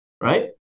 Right